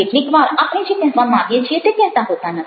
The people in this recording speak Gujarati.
કેટલીક વાર આપણે જે કહેવા માંગીએ છીએ તે કહેતા હોતા નથી